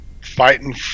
fighting